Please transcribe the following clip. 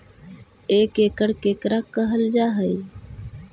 एक एकड़ केकरा कहल जा हइ?